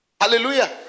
Hallelujah